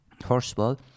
Horseball